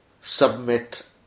submit